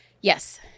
Yes